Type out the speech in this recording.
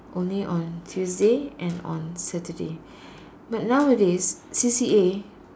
only on Tuesday and on Saturday but nowadays C_C_A